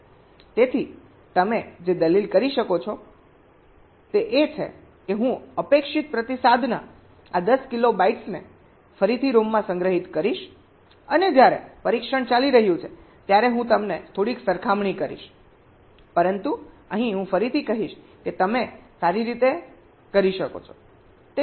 તેથી તમે જે દલીલ કરી શકો છો તે એ છે કે હું અપેક્ષિત પ્રતિસાદના આ 10 કિલોબાઇટ્સને ફરીથી રોમમાં સંગ્રહિત કરીશ અને જ્યારે પરીક્ષણ ચાલી રહ્યું છે ત્યારે હું તેમની થોડીક સરખામણી કરીશ પરંતુ અહીં હું ફરીથી કહીશ કે તમે સારી રીતે કરી શકો છો